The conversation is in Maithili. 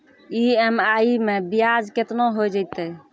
ई.एम.आई मैं ब्याज केतना हो जयतै?